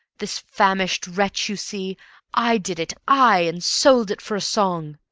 this famished wretch you see i did it, i, and sold it for a song.